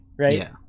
right